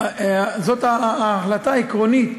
זאת החלטה עקרונית,